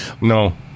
No